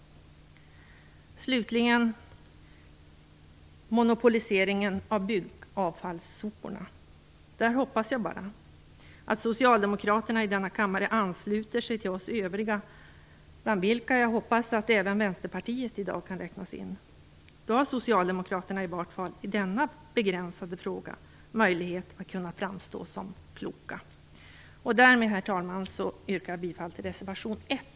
Slutligen vill jag ta upp monopoliseringen av byggavfallssoporna. Där hoppas jag bara att socialdemokraterna i denna kammare ansluter sig till oss övriga, bland vilka jag hoppas att även Vänsterpartiet i dag kan räknas in. Då har socialdemokraterna i varje fall i denna begränsade fråga möjlighet att framstå som kloka. Herr talman! Därmed yrkar jag bifall till reservation 1.